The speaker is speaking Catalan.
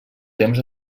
temps